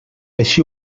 així